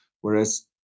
whereas